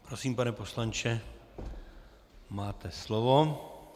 Prosím, pane poslanče, máte slovo.